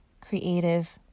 creative